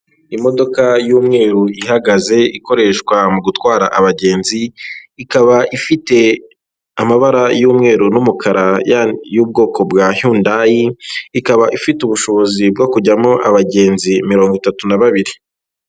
Imodoka y'umweru ihagaze ikoreshwa mu gutwara abagenzi, ikaba ifite amabara y'umweru n'umukara y'ubwoko bwa Yundayi, ikaba ifite ubushobozi bwo kujyamo abagenzi mirongo itatu na babiri.